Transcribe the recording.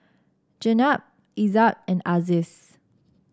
Jenab Izzat and Aziz